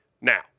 now